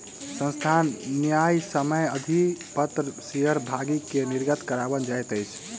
संस्थान न्यायसम्य अधिपत्र शेयर भागी के निर्गत कराओल जाइत अछि